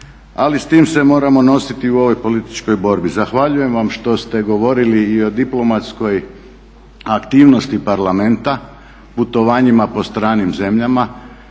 ali s tim se moramo nositi u ovoj političkoj borbi. Zahvaljujem vam što ste govorili i o diplomatskoj aktivnosti Parlamenta, putovanjima po stranim zemljama.